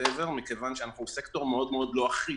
שלא יהיה מכיוון שאנחנו סקטור מאוד לא אחיד.